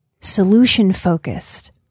solution-focused